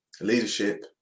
leadership